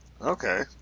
okay